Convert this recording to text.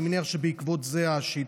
אני מניח שבעקבות זה השאילתה,